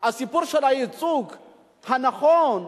הסיפור של הייצוג הנכון,